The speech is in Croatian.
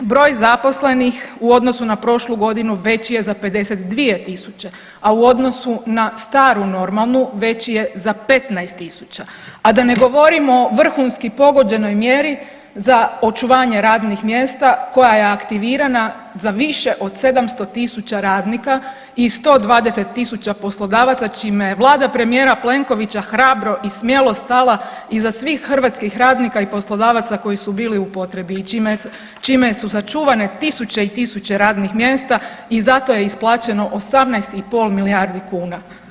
Broj zaposlenih u odnosu na prošlu godinu veći je za 52.000, a u odnosu na staru normalnu veći je za 15.000, a da ne govorim o vrhunski pogođenoj mjeri za očuvanje radnih mjesta koja je aktivirana za više od 700.000 radnika i 120.000 poslodavaca čime je vlada premijera Plenkovića hrabro i smjelo stala iza svih hrvatskih radnika i poslodavaca koji su bili u potrebi i čime su sačuvane tisuće i tisuće radnih mjesta i zato je isplaćeno 18,5 milijardi kuna.